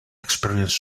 experience